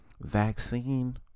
Vaccine